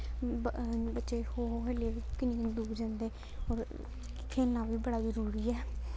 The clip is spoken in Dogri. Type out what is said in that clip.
ब अ बच्चे खो खो खेलियै बी किन्नी किन्नी दूर जंदे और खेलना बी बड़ा जरूरी ऐ